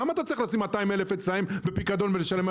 למה אתה צריך לשים פיקדון של 200,000 ₪ בבנק ולשלם על זה ריבית?